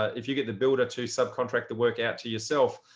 if you get the builder to subcontract the work out to yourself,